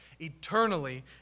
eternally